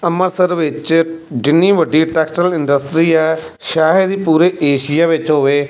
ਅੰਮ੍ਰਿਤਸਰ ਵਿੱਚ ਜਿੰਨੀ ਵੱਡੀ ਟੈਕਸਟਾਈਲ ਇੰਡਸਟਰੀ ਹੈ ਸ਼ਾਇਦ ਹੀ ਪੂਰੇ ਏਸ਼ੀਆ ਵਿੱਚ ਹੋਵੇ